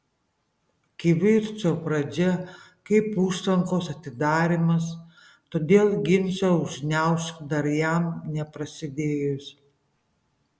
kivirčo pradžia kaip užtvankos atidarymas todėl ginčą užgniaužk dar jam neprasidėjus